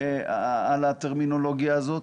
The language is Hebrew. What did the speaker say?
על הטרמינולוגיה הזאת.